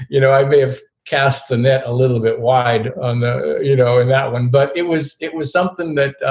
you know, i may have cast the net a little bit wide, um you know, in that one. but it was it was something that,